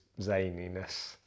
zaniness